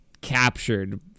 captured